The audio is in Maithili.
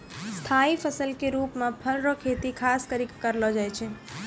स्थाई फसल के रुप मे फल रो खेती खास करि कै करलो जाय छै